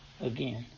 again